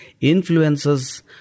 influences